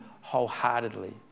wholeheartedly